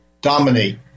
dominate